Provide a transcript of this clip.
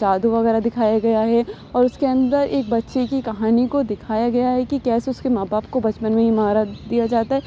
جادو وغیرہ دکھایا گیا ہے اور اُس کے اندر ایک بچے کی کہانی کو دکھایا گیا ہے کہ کیسے اُس کے ماں باپ کو بچپن میں ہی مارا دیا جاتا ہے